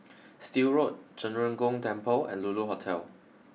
Still Road Zhen Ren Gong Temple and Lulu Hotel